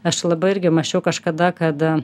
aš labai irgi mąsčiau kažkada kad